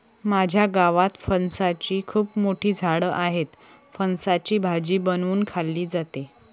माझ्या गावात फणसाची खूप मोठी झाडं आहेत, फणसाची भाजी बनवून खाल्ली जाते